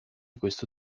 questo